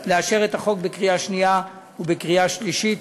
לאשר את הצעת החוק בקריאה שנייה ובקריאה שלישית.